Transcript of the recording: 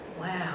wow